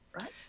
right